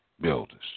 builders